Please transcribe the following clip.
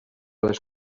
les